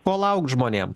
ko laukt žmonėm